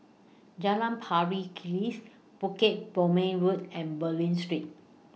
Jalan Pari Kikis Bukit Purmei Road and Bulim Street